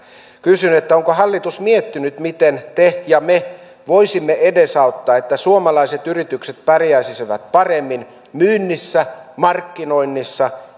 kysyn onko hallitus miettinyt miten te ja me voisimme edesauttaa että suomalaiset yritykset pärjäisivät paremmin myynnissä markkinoinnissa